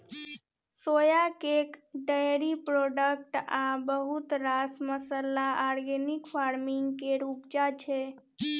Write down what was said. सोया cake, dairy product आ बहुत रास मसल्ला आर्गेनिक फार्मिंग केर उपजा छै